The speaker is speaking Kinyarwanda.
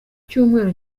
cyumweru